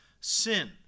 sin